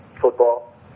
football